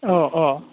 अ अ